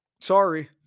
Sorry